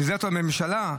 שזאת הממשלה,